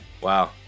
Wow